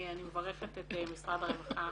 אני מברכת את משרד הרווחה